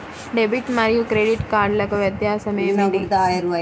Debit మరియు credit కార్డ్లకు వ్యత్యాసమేమిటీ?